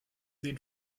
den